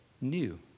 new